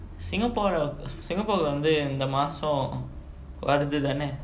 singapore singapore வந்து இந்த மாசம் வருதுதான:vanthu intha maasam varuthuthaana